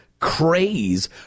craze